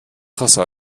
sicher